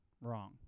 wrong